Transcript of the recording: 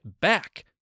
back